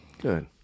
Good